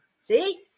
See